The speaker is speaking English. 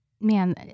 Man